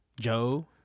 Joe